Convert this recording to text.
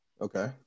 okay